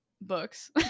books